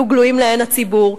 יהיו גלויים לעין הציבור.